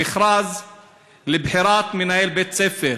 במכרז לבחירת מנהל בית-ספר,